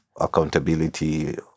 accountability